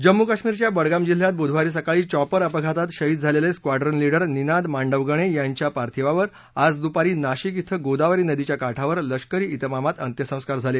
जम्मू काश्मीरच्या बडगाम जिल्ह्यात बुधवारी सकाळी चॉपर अपघातात शहीद झालेले स्क्वाडून लीडर निनाद मांडवगणे यांच्या पार्थिवावर आज दुपारी नाशिक क्वें गोदावरी नदीच्या काठावर लष्करी बेमामात अंत्यसंस्कार झाले